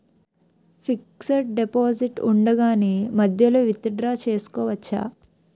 Fixed deposit ఉండగానే మధ్యలో withdraw చేసుకోవచ్చా?